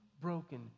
broken